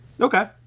Okay